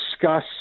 discuss